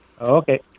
Okay